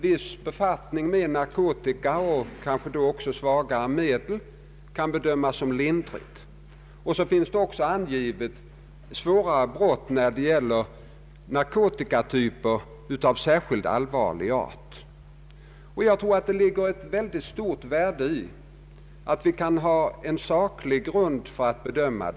Viss befattning med narkotika och kanske då särskilt svagare medel kan bedömas såsom ett lindrigt brott. även svårare brott finns angivna när det gäller narkotikatyper av särskilt allvarlig art. Jag tror att det ligger ett väldigt stort värde i att vi kan ha en saklig grund vid denna bedömning.